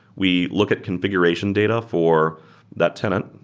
we look at configuration data for that tenant.